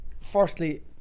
firstly